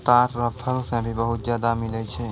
ताड़ रो फल से भी बहुत ज्यादा मिलै छै